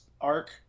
arc